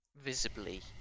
visibly